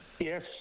Yes